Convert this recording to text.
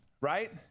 Right